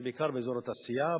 זה בעיקר באזור התעשייה,